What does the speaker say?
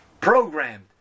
programmed